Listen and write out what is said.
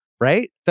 right